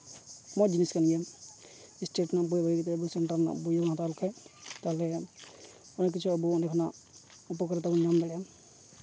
ᱢᱚᱡᱽ ᱡᱤᱱᱤᱥ ᱠᱟᱱ ᱜᱮᱭᱟ ᱥᱴᱮᱴ ᱨᱮᱱᱟᱜ ᱵᱳᱭ ᱦᱩᱭ ᱠᱟᱛᱮ ᱟᱵᱚ ᱥᱮᱱᱴᱨᱟᱞ ᱨᱮᱱᱟᱜ ᱵᱚᱭ ᱵᱚᱱ ᱦᱟᱛᱟᱣ ᱞᱮᱠᱷᱟᱡ ᱛᱟᱦᱚᱞᱮ ᱠᱷᱟᱱ ᱚᱱᱮᱠ ᱠᱤᱪᱷᱩ ᱟᱵᱚ ᱚᱸᱰᱮ ᱠᱷᱚᱱᱟᱜ ᱩᱯᱚᱠᱟᱨᱤᱛᱟ ᱵᱚᱱ ᱧᱟᱢ ᱫᱟᱲᱮᱭᱟᱜᱼᱟ